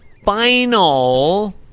final